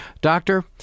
Doctor